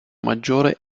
maggiore